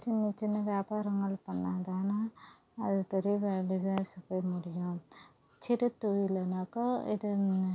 சின்ன சின்ன வியாபாரங்கள் பண்ணால்தான அது பெரிய பெரிய பிஸ்னஸ்ல போய் முடியும் சிறுத்தொழிலுன்னாக்கா இது